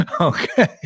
Okay